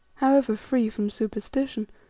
however free from superstition,